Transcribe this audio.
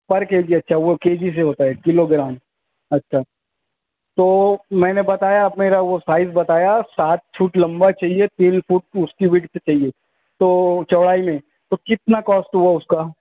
فرق یہ بھی ہے اچھا وہ کے جی سے ہوتا ہے کلو گرام اچھا تو میں نے بتایا اب میرا وہ سائز بتایا سات فیٹ لمبا چاہیے تین فیٹ اس کی وڈتھ چاہیے تو چوڑائی میں تو کتنا کاسٹ ہوگا اس کا